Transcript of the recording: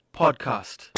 podcast